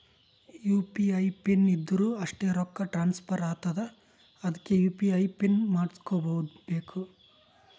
you P I pin ಇದ್ದುರ್ ಅಷ್ಟೇ ರೊಕ್ಕಾ ಟ್ರಾನ್ಸ್ಫರ್ ಆತ್ತುದ್ ಅದ್ಕೇ ಯು.ಪಿ.ಐ ಪಿನ್ ಮಾಡುಸ್ಕೊಬೇಕ್